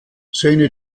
seine